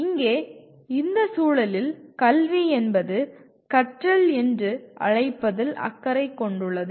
இங்கே இந்த சூழலில் கல்வி என்பது கற்றல் என்று அழைப்பதில் அக்கறை கொண்டுள்ளது